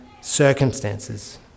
circumstances